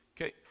Okay